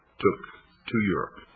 took to europe.